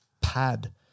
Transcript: pad